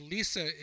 Lisa